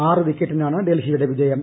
ആറ് വിക്കറ്റിനാണ് ഡൽഹിയുടെ ജയം